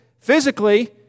physically